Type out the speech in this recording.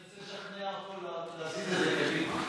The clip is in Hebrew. אני מנסה לשכנע אותו להזיז את זה קדימה.